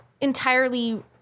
entirely